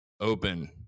Open